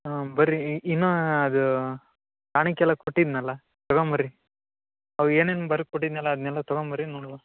ಬನ್ರಿ ಇನ್ನು ಅದು ಟಾನಿಕ್ಕೆಲ್ಲ ಕೊಟ್ಟಿದ್ನಲ್ವ ತೊಗೊಂಬರ್ರಿ ಅವು ಏನೇನು ಬರ್ದು ಕೊಟ್ಟಿದ್ನಲ್ವ ಅದನ್ನೆಲ್ಲ ತೊಗೊಂಬರ್ರಿ ನೋಡುವ